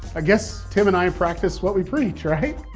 i guess tim and i and practice what we preach, right?